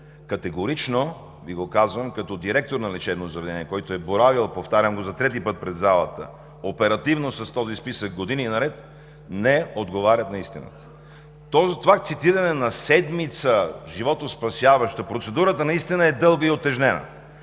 категорично Ви го казвам, като директор на лечебно заведение, който е боравил, повтарям го за трети път пред залата, оперативно с този списък години наред, не отговарят на истината. Това цитиране на седмица животоспасяваща… Процедурата наистина е дълга и утежнена.